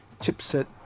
chipset